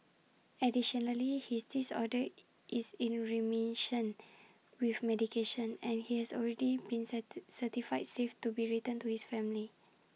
additionally his disorder is in remission with medication and he has already been certified safe to be returned to his family